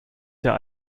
der